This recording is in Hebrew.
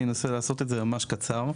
אני אנסה לנסות את זה ממש קצר.